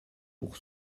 pour